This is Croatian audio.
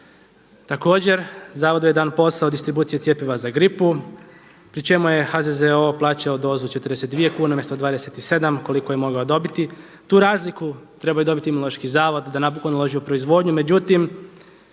Također Zavodu je dan posao distribucije cjepiva za gripu pri čemu je HZZO plaćao dozu 42 umjesto 27 koliko je mogao dobiti. Tu razliku trebao je dobiti Imunološki zavod da napokon uloži u proizvodnju. Međutim